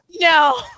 No